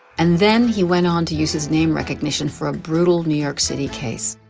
and then he went on to use his name recognition for a brutal new york city case.